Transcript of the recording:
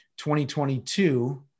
2022